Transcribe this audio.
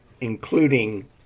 including